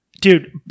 Dude